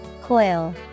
Coil